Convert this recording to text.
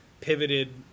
pivoted